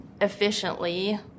efficiently